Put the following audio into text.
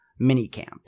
minicamp